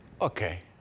Okay